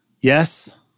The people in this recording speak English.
yes